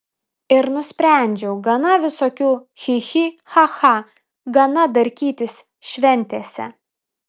ir nusprendžiau gana visokių chi chi cha cha gana darkytis šventėse